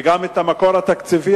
וגם המקור התקציבי,